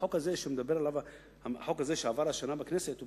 החוק הזה שעבר השנה בכנסת, יש בו